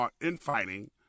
infighting